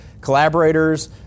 collaborators